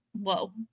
Whoa